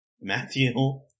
Matthew